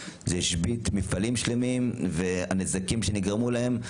זה השבית מפעלים שלמים והנזקים שנגרמו להם,